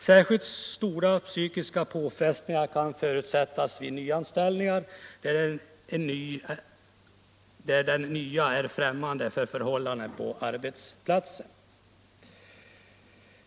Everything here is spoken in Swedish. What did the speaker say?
Särskilt stora psykiska påfrestningar kan förutses vid nyanställningar där den nya är främmande för förhållandena på arbetplatsen.